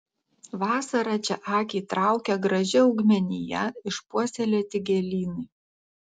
vasarą čia akį traukia graži augmenija išpuoselėti gėlynai